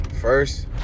First